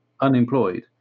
unemployed